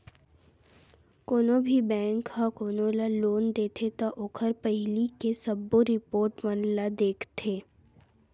कोनो भी बेंक ह कोनो ल लोन देथे त ओखर पहिली के सबो रिपोट मन ल देखथे